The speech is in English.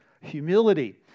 humility